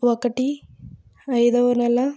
ఒకటి అయిదవ నెల